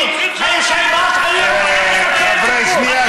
חברים, שנייה,